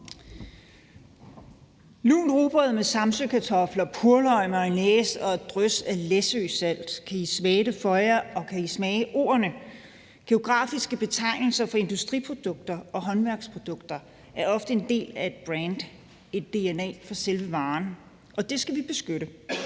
Lunt rugbrød med samsøkartofler, purløg, mayonnaise og et drys læsøsalt – kan I næsten smage det, og kan I smage ordene? Geografiske betegnelser for industriprodukter og håndværksprodukter er ofte en del af et brand, et dna for selve varen, og det skal vi beskytte.